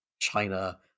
China